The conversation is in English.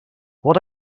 what